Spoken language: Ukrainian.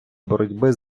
боротьби